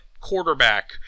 quarterback